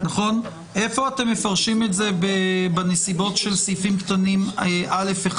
איפה אתם מפרשים את זה בנסיבות של סעיפים קטנים (א)(1),